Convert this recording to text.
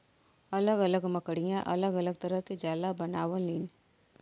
अलग अलग मकड़िया अलग अलग तरह के जाला बनावलीन